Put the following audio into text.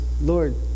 Lord